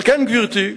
על כן, גברתי,